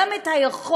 גם את היכולת